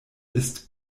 ist